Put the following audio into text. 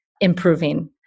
improving